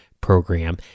program